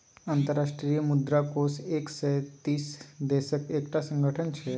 अंतर्राष्ट्रीय मुद्रा कोष एक सय तीस देशक एकटा संगठन छै